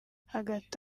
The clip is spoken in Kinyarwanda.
hagati